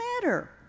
matter